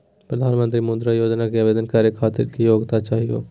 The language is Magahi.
प्रधानमंत्री मुद्रा योजना के आवेदन करै खातिर की योग्यता चाहियो?